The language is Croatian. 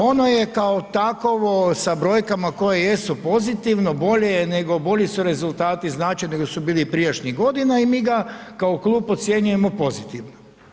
Ono je kao takovo, sa brojkama koje jesu pozitivno, bolje je nego, bolji su rezultati znači nego su bili prijašnjih godina i mi ga kao klub ocjenjujemo pozitivno.